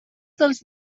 dels